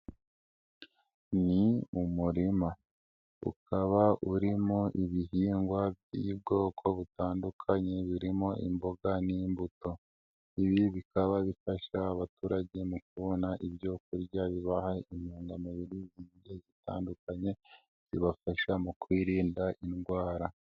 Ni umurima, ukaba uririmo ibihingwa by'ubwoko butandukanye, birimo imboga n'imbuto. Ibi bikaba bifasha abaturage mu kubona ibyo kurya bibaha intungamubiri zitandukanye zibafasha mu kwirinda indwara.